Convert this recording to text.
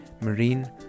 marine